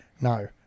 no